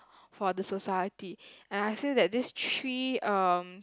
for the society and I feel that this three um